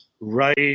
right